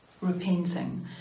repenting